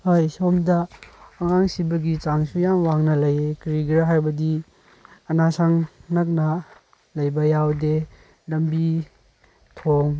ꯍꯣꯏ ꯁꯣꯝꯗ ꯑꯉꯥꯡ ꯁꯤꯕꯒꯤ ꯆꯥꯡꯁꯨ ꯌꯥꯝ ꯋꯥꯡꯅ ꯂꯩꯌꯦ ꯀꯔꯤꯒꯤꯔ ꯍꯥꯏꯕꯗꯤ ꯑꯅꯥꯁꯪ ꯅꯛꯅ ꯂꯩꯕ ꯌꯥꯎꯗꯦ ꯂꯝꯕꯤ ꯊꯣꯡ